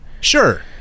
Sure